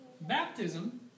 Baptism